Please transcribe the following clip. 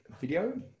video